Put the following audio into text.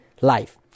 life